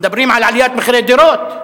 מדברים על עליית מחירי דירות?